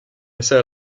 laissées